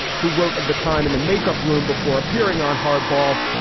who wrote of the time in the makeup room before appearing on hardball.